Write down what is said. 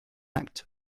act